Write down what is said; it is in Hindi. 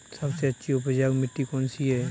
सबसे अच्छी उपजाऊ मिट्टी कौन सी है?